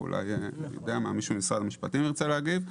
ואולי מישהו ממשרד המשפטים ירצה להגיב.